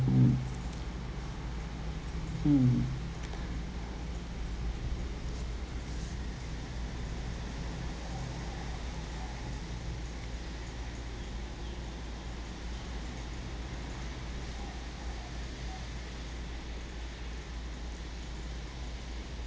mm mm